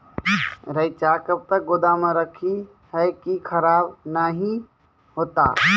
रईचा कब तक गोदाम मे रखी है की खराब नहीं होता?